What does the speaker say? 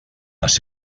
las